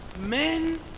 men